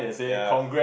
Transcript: ya